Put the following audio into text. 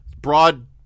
Broad